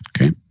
Okay